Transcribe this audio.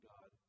God